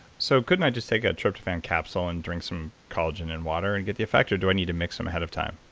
so couldn't i just take a tryptophan capsule and drink some collagen and water and get the effects? do i need to mix them ahead of time?